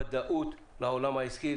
ודאות לעולם העסקי,